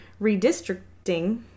redistricting